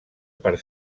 per